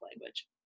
language